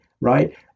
right